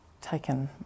taken